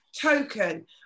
token